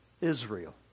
Israel